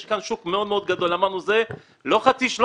יש כאן שוק גדול שלגביו הגדרנו לא שנה